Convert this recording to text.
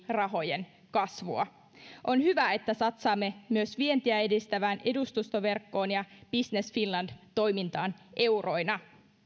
rahojen kasvua on hyvä että satsaamme myös vientiä edistävään edustustoverkkoon ja business finland toimintaan euroina